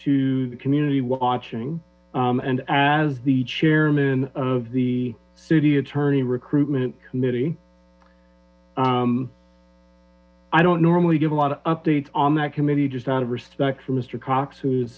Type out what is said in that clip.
to the community watching and as the chairman of the city attorney recruitment committee i don't normally give a lot updates on that committee just out of respect for mister cox who's